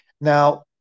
Now